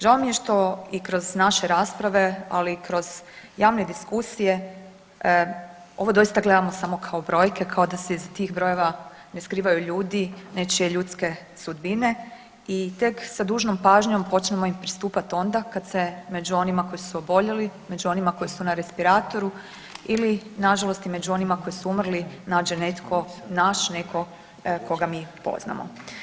Žao mi je što i kroz naše rasprave ali i kroz javne diskusije ovo doista gledamo samo kao brojke, kao da se iza tih brojeva ne skrivaju ljudi, nečije ljudske sudbine i tek sa dužnom pažnjom počinjemo im pristupati onda kad se među onima koji su oboljeli, među onima koji su na respiratoru ili na žalost i među onima koji su umrli nađe netko naš, netko koga mi poznamo.